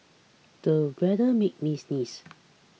the weather made me sneeze